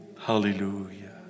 Hallelujah